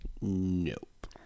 Nope